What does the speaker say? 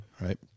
right